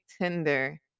Tinder